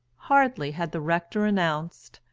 hardly had the rector announced,